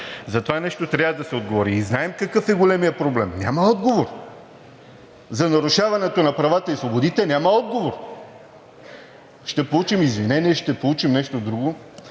За това нещо трябва да се отговори. Знаем какъв е големият проблем – няма отговор, за нарушаването на правата и свободите – няма отговор. Ще получим извинение, ще получим нещо друго,